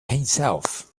himself